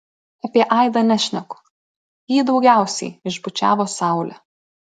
apie aidą nešneku jį daugiausiai išbučiavo saulė